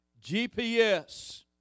GPS